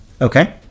Okay